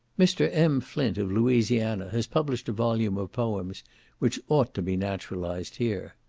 mr. m. flint, of louisiana, has published a volume of poems which ought to be naturalised here.